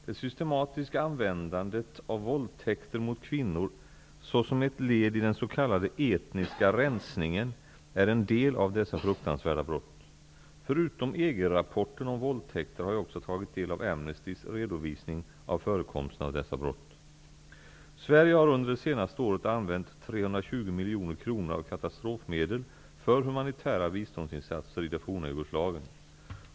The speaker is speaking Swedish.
Det systematiska användandet av våldtäkter mot kvinnor såsom ett led i den s.k. etniska rensningen är en del av dessa fruktansvärda brott. Förutom EG-rapporten om våldtäkter har jag också tagit del av Amnestys redovisning av förekomsten av dessa brott. Sverige har under det senaste året använt 320 miljoner kronor av katastrofmedel för humanitära biståndsinsatser i det forna Jugoslavien.